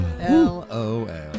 L-O-L